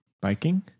Biking